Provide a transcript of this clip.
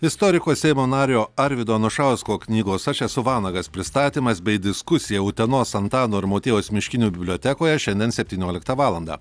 istoriko seimo nario arvydo anušausko knygos aš esu vanagas pristatymas bei diskusija utenos antano ir motiejaus miškinių bibliotekoje šiandien septynioliktą valandą